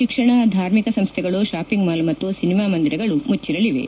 ಶಿಕ್ಷಣ ಧಾರ್ಮಿಕ ಸಂಸ್ಟೆಗಳು ಶಾಪಿಂಗ್ ಮಾಲ್ ಮತ್ತು ಸಿನಿಮಾ ಮಂದಿರಗಳು ಮುಚ್ಚಿರಲಿವೆ